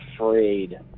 afraid